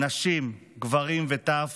נשים, גברים וטף